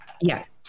yes